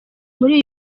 muri